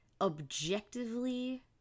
objectively